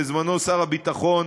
בזמנו שר הביטחון